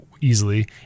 easily